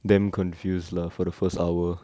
damn confused lah for the first hour